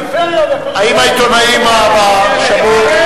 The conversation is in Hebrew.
פריפריה, האם העיתונאים שמעו?